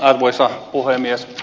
arvoisa puhemies